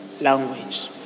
language